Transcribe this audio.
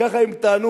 כך הם טענו,